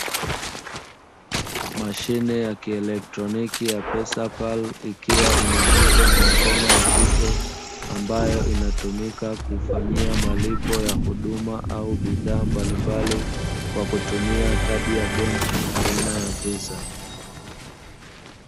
Mashine ya kielektroniki ya Pesapali ikiwa imeshikwa na mkono wa kike ambayo inatumika kufanyia malipo au huduma au bidhaa mbalimbali kwa kutumia kadi ya benki aina ya visa.